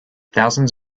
thousands